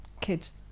kids